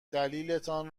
دلیلتان